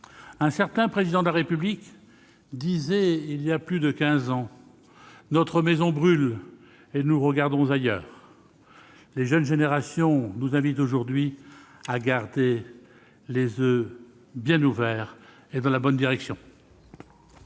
Un certain Président de la République disait il y a plus de quinze ans :« Notre maison brûle et nous regardons ailleurs. » Les jeunes générations nous invitent aujourd'hui à garder les yeux bien ouverts et braqués dans la bonne direction.